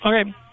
Okay